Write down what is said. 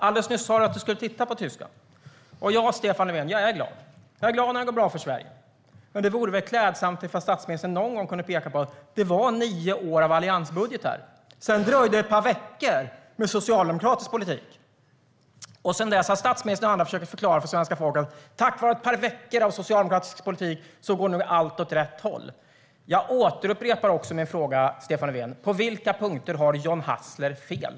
Alldeles nyss sa du att du skulle titta på Tyskland. Ja, Stefan Löfven, jag är glad. Jag är glad när det går bra för Sverige. Men det vore väl klädsamt ifall statsministern någon gång kunde peka på att det var nio år av alliansbudgetar. Sedan var det ett par veckor med socialdemokratisk politik. Och sedan dess har statsministern och andra försökt förklara för svenska folket att allt nu går åt rätt håll tack vare ett par veckor av socialdemokratisk politik. Jag upprepar min fråga, Stefan Löfven: På vilka punkter har John Hassler fel?